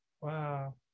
Wow